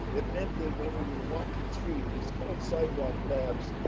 it meant that when we were walking through was called sidewalk labs,